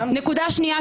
נקודה שנייה,